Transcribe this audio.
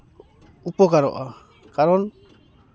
ᱩᱯᱚᱠᱟᱨᱚᱜᱼᱟ ᱠᱟᱨᱚᱱ